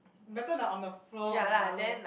better than on the floor on the 马路